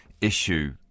issue